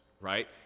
right